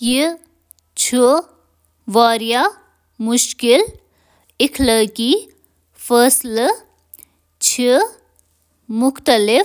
کنہہ عالمگیر اخلٲقی معیار چِھ نہٕ - تم معیار